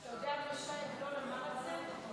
אתה יודע מה ש"י עגנון אמר על זה?